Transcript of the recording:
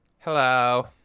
Hello